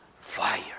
fire